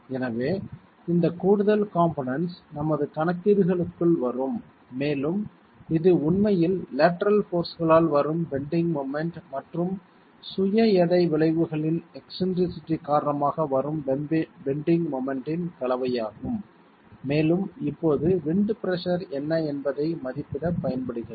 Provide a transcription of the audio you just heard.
எனவே இந்த கூடுதல் காம்போனென்ட்ஸ் நமது கணக்கீடுகளுக்குள் வரும் மேலும் இது உண்மையில் லேட்டரல் போர்ஸ்களால் வரும் பெண்டிங் மொமெண்ட் மற்றும் சுய எடை விளைவுகளின் எக்ஸ்ன்ட்ரிசிட்டி காரணமாக வரும் பெண்டிங் மொமெண்ட்டின் கலவையாகும் மேலும் இப்போது விண்ட் பிரஷர் என்ன என்பதை மதிப்பிடப் பயன்படுகிறது